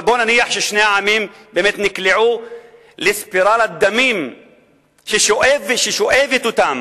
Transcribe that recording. אבל בואו נניח שבאמת שני העמים נקלעו לספירלת דמים ששואבת אותם